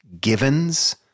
givens